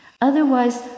Otherwise